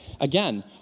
again